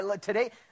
Today